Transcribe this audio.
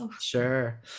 Sure